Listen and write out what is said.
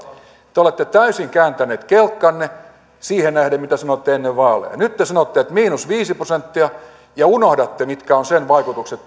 te olette täysin kääntäneet kelkkanne siihen nähden mitä sanoitte ennen vaaleja nyt te sanotte miinus viisi prosenttia ja unohdatte mitkä ovat sen vaikutukset